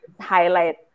highlight